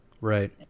right